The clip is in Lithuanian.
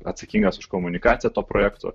atsakingas už komunikaciją to projekto